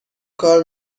کار